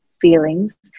feelings